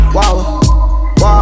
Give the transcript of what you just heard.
Wow